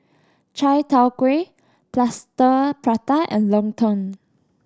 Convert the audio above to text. Chai Tow Kuay Plaster Prata and lontong